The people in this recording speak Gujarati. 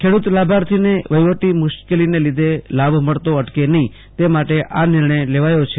ખેડુત લાભાર્થીને વહિવટી મુશ્કેલીને લીધે લાભ મળતો અટકે નહી તે માટે આ નિર્ણય લેવાયો છે